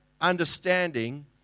understanding